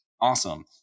awesome